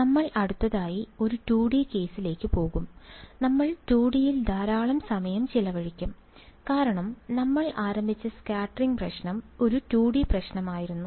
നമ്മൾ അടുത്തതായി ഒരു 2 ഡി കേസിലേക്ക് പോകും നമ്മൾ 2 ഡിയിൽ ധാരാളം സമയം ചെലവഴിക്കും കാരണം നമ്മൾ ആരംഭിച്ച സ്കാറ്ററിംഗ് പ്രശ്നം 2 ഡി പ്രശ്നമായിരുന്നു